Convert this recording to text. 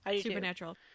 Supernatural